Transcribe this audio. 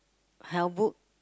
health book